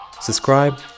subscribe